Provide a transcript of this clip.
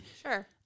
Sure